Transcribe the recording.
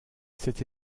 cet